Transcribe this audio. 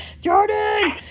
Jordan